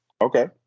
Okay